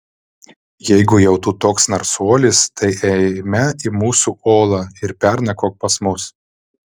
jeigu jau tu toks narsuolis tai eime į mūsų olą ir pernakvok pas mus